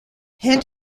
hand